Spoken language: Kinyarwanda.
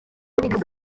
muri